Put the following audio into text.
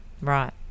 Right